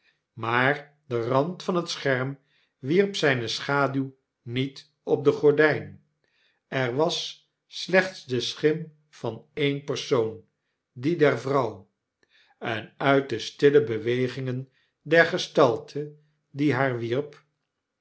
maar de rand van het scherm wierp zijne schaduw niet op de gordyn er was slechts de schim van eene persoon die der vrouw en uit de stille bewegingen der gestalte die haar wierp